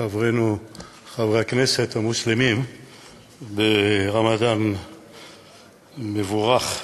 חברי הכנסת המוסלמים ברמדאן מבורך,